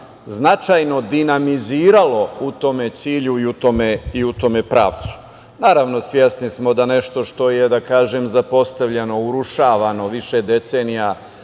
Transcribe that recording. značajno dinamiziralo u tome cilju i u tome pravcu. Naravno, svesni smo da nešto što je, da kažem, zapostavljeno, urušavano više decenija